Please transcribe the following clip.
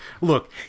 Look